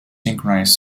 synchronize